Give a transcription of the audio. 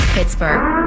Pittsburgh